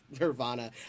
Nirvana